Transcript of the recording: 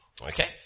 Okay